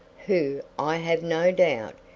who, i have no doubt,